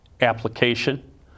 application